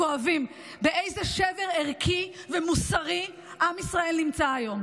כואבים: באיזה שבר ערכי ומוסרי עם ישראל נמצא היום?